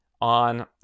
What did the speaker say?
On